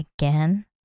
again